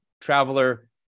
traveler